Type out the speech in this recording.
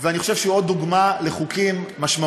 ואני חושב שהוא עוד דוגמה לחוקים משמעותיים,